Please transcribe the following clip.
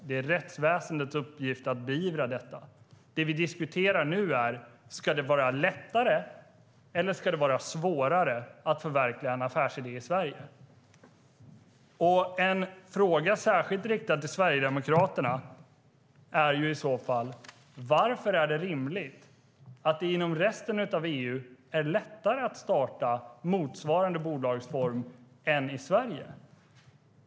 Det är rättsväsendets uppgift att beivra detta. Det som vi nu diskuterar är om det ska vara lättare eller svårare att förverkliga en affärsidé i Sverige. En fråga särskilt riktad till Sverigedemokraterna är i så fall: Varför är det rimligt att det inom resten av EU är lättare att starta motsvarande bolagsform än i Sverige?